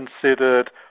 considered